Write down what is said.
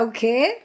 Okay